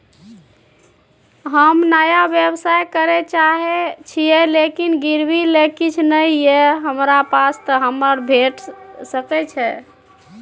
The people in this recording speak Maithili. हम नया व्यवसाय करै चाहे छिये लेकिन गिरवी ले किछ नय ये हमरा पास त हमरा भेट सकै छै?